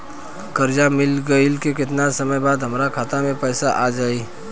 कर्जा मिल गईला के केतना समय बाद हमरा खाता मे पैसा आ जायी?